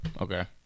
Okay